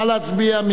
נא להצביע.